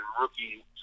rookie